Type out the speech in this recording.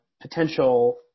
potential